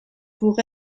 pour